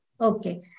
okay